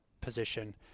position